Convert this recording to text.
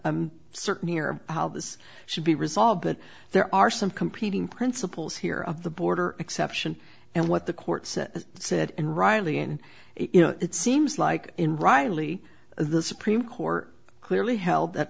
'm certain here how this should be resolved but there are some competing principles here of the border exception and what the courts said and riley and you know it seems like in riley the supreme court clearly held